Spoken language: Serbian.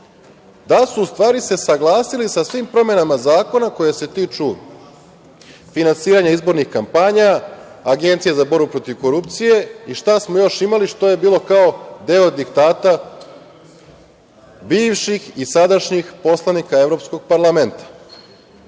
dal su u stvari se saglasili sa svim promenama zakona koje se tiču finansiranja izbornih kampanja, Agencije za borbu protiv korupcije i šta smo još imali što je bilo kao deo diktata? Bivših i sadašnjih poslanika Evropskog parlamenta. Dakle,